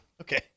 Okay